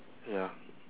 ya